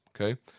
Okay